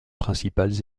principales